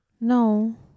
No